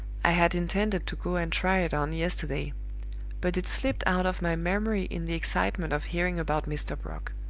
i had intended to go and try it on yesterday but it slipped out of my memory in the excitement of hearing about mr. brock.